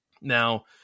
Now